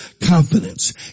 confidence